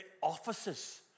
offices